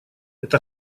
это